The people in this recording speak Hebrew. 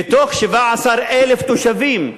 מ-17,000 תושבים,